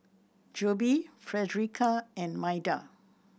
Jobe Fredericka and Maida